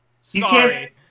Sorry